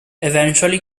eventually